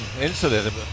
incident